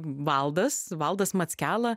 valdas valdas mackela